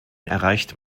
erreicht